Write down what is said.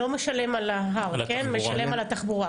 הוא לא משלם על ההר, הוא משלם על התחבורה.